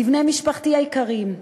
לבני משפחתי היקרים,